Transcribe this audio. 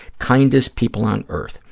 kindest people on earth.